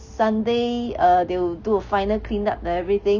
sunday err they will do a final clean up and everything